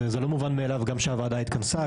זה לא מובן מאליו שהוועדה התכנסה,